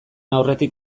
aurretik